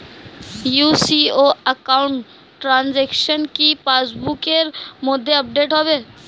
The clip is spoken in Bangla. ইউ.সি.ও একাউন্ট ট্রানজেকশন কি পাস বুকের মধ্যে আপডেট হবে?